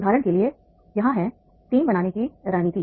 उदाहरण के लिए यहाँ है टीम बनाने की रणनीति